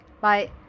Bye